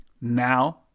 Now –